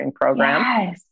Program